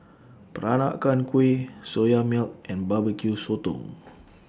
Peranakan Kueh Soya Milk and Barbecue Sotong